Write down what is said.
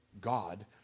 God